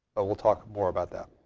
but we'll talk more about that.